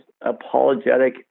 apologetic